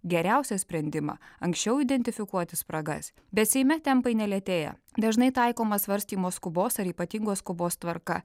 geriausią sprendimą anksčiau identifikuoti spragas bet seime tempai nelėtėja dažnai taikoma svarstymo skubos ar ypatingos skubos tvarka